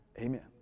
Amen